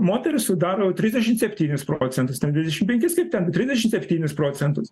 moterys sudaro trisdešimt septynis procentus ten dvidešim penkis kaip ten trisdešim septynis procentus